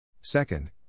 Second